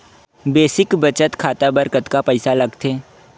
Basic बचत खाता बर कतका पईसा लगथे?